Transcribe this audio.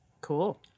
Cool